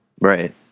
Right